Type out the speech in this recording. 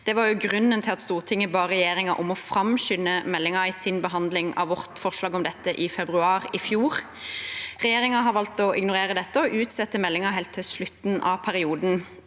Det var jo grunnen til at Stortinget ba regjeringen om å framskynde meldingen i sin behandling av vårt forslag om dette i februar i fjor. Regjeringen har valgt å ignorere dette og utsette meldingen helt til slutten av perioden.